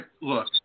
Look